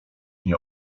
nie